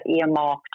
earmarked